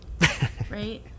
right